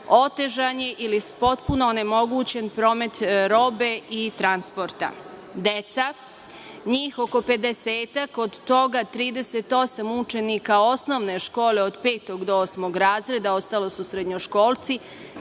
Otežan je ili potpuno onemogućen promet robe ili transporta. Deca, njih oko pedesetak, od toga 38 učenika osnovne škole od petog do osmog razreda, ostala su srednjoškolci,